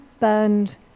burned